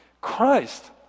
Christ